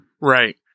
Right